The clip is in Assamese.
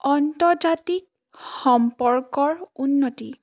অন্তৰ্জাতিক সম্পৰ্কৰ উন্নতি